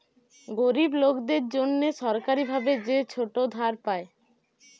গরিব লোকদের জন্যে সরকারি ভাবে যে ছোট ধার পায়